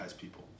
people